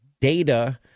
data